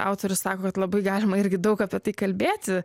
autorius sako kad labai galima irgi daug apie tai kalbėti